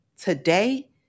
today